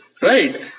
Right